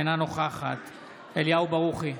אינה נוכחת אליהו ברוכי,